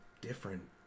different